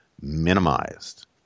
minimized